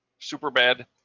Superbad